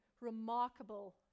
remarkable